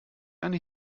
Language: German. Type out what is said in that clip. eine